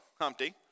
Humpty